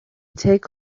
take